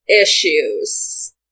issues